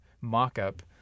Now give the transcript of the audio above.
mock-up